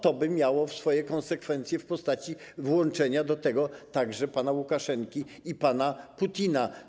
To by miało swoje konsekwencje w postaci włączenia do tego także pana Łukaszenki i pana Putina.